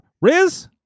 Riz